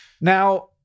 Now